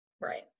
Right